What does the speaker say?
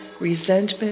resentment